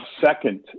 second